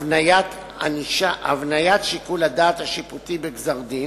הבניית שיקול הדעת השיפוטי בגזר-דין,